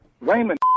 Raymond